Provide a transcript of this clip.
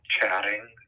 chatting